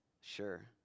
Sure